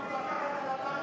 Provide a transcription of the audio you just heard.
הצבעת,